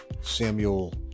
Samuel